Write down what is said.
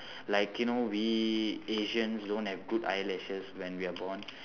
like you know we asians don't have good eyelashes when we are born